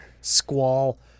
Squall